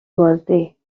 بازی